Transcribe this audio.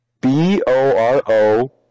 B-O-R-O